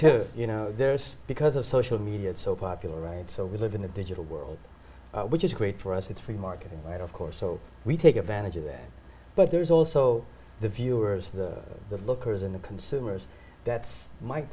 to you know there's because of social media it's so popular and so we live in the digital world which is great for us it's free marketing right of course so we take advantage of that but there's also the viewers the lookers and the consumers that's m